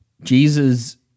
Jesus